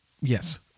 yes